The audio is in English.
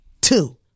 Two